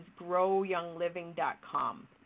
growyoungliving.com